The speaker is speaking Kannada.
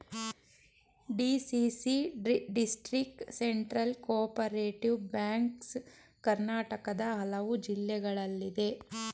DCC district central cooperative banks ಕರ್ನಾಟಕದ ಹಲವು ಜಿಲ್ಲೆಗಳಲ್ಲಿದೆ